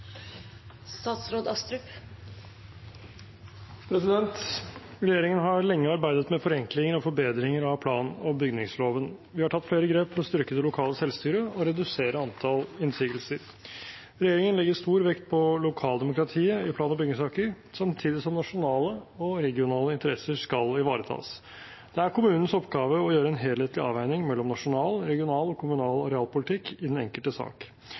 forbedringer av plan- og bygningsloven. Vi har tatt flere grep for å styrke det lokale selvstyret og redusere antall innsigelser. Regjeringen legger stor vekt på lokaldemokratiet i plan- og bygningssaker samtidig som nasjonale og regionale interesser skal ivaretas. Det er kommunens oppgave å gjøre en helhetlig avveining mellom nasjonal, regional og kommunal arealpolitikk i den enkelte sak.